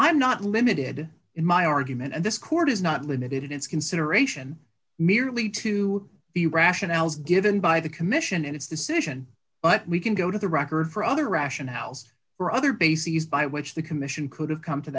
i'm not limited in my argument in this court is not limited in its consideration merely to the rationales given by the commission and its decision but we can go to the record for other rationales or other bases by which the commission could have come to